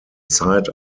zeit